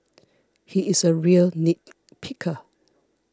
he is a real nit picker